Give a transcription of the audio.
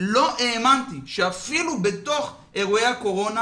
לא האמנתי שאפילו בתוך אירועי הקורונה